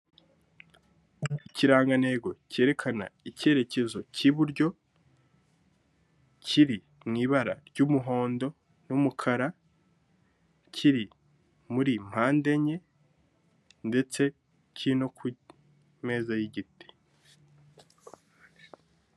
Ikirangantego cyerekana icyerekezo cy'iburyo, kiri mu ibara ry'umuhondo n'umukara, kiri muri mpande enye ndetse kiri no ku meza y'igiti.